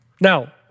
Now